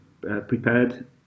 prepared